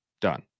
Done